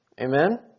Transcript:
Amen